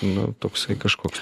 nu toksai kažkoks